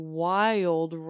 wild